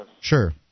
Sure